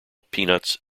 peanuts